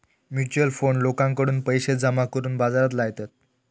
mutual fund लोकांकडून पैशे जमा करून बाजारात लायतत